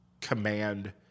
command